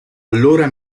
allora